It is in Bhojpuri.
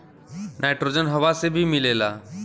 नाइट्रोजन हवा से भी मिलेला